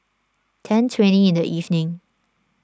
ten twenty in the evening